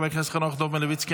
חבר הכנסת חנוך דב מלביצקי,